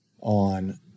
on